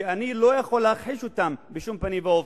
שאני לא יכול להכחיש אותם בשום פנים ואופן.